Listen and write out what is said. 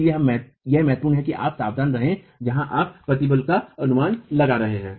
इसलिए यह महत्वपूर्ण है कि आप सावधान रहें जहाँ आप प्रतिबल का अनुमान लगा रहे हैं